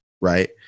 right